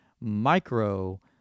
micro